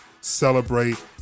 celebrate